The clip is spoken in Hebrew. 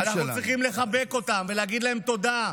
אנחנו צריכים לחבק אותם ולהגיד להם תודה,